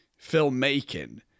filmmaking